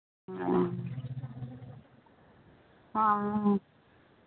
ਹਾਂ ਹਾਂ